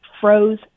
froze